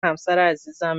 همسرعزیزم